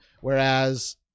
whereas